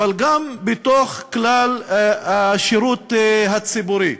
אבל גם בתוך כלל השירות הציבורי.